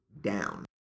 down